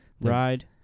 ride